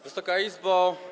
Wysoka Izbo!